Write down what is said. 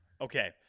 Okay